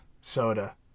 soda